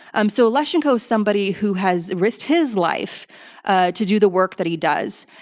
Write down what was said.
um so leschenko is somebody who has risked his life ah to do the work that he does.